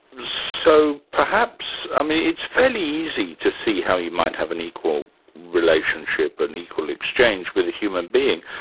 so perhaps, i mena, it's fairly easy to see how you might have an equal relationship or an equal exchange with a human being,